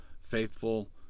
faithful